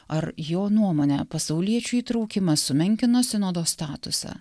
ar jo nuomone pasauliečių įtraukimas sumenkino sinodo statusą